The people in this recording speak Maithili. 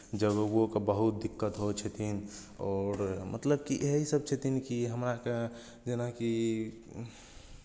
जगहोके बहुत दिक्कत होइ छथिन आओर मतलब कि एहि सभ छथिन कि हमरा आरकेँ जेनाकि